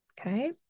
okay